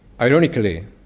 Ironically